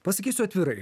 pasakysiu atvirai